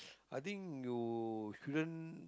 I think you shouldn't